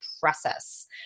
process